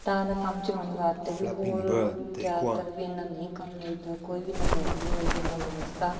ਤਾਂ ਆਪਦਾ ਕੰਮ ਚਲਾਉਣ ਵਾਸਤੇ ਵੀ ਹੋਰ ਜ਼ਿਆਦਾਤਰ ਵੀ ਇੰਨਾ ਨਹੀਂ ਕੰਮ ਮਿਲਦਾ ਕੋਈ ਵੀ ਨਾ ਨੌਕਰੀ ਮਿਲਦੀ ਨਾ ਵਾਸਤਾ